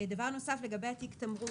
דבר נוסף לגבי התיק התמרוק,